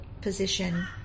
position